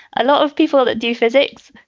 a lot of people that do physics,